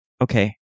Okay